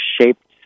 shaped